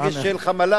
רגש של חמלה,